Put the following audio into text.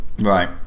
Right